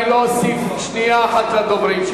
אני לא אוסיף שנייה אחת לדוברים.